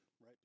right